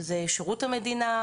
שזה שירות המדינה,